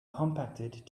compacted